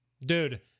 Dude